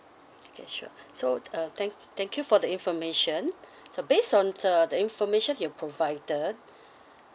okay sure so uh thank thank you for the information so based on the the information you provided